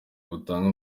butanga